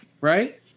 Right